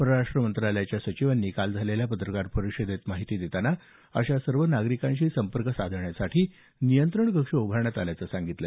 परराष्ट्र मंत्रालयाच्या सचिवांनी काल झालेल्या पत्रकार परिषदेत माहिती देताना अशा सर्व नागरिकांशी संपर्क साधण्यासाठी नियंत्रण कक्ष उभारण्यात आल्याचं सांगितलं